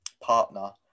partner